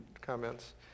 comments